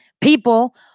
people